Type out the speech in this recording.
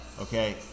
Okay